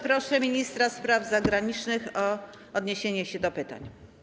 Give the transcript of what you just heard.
Proszę ministra spraw zagranicznych o odniesienie się do pytań.